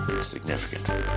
significant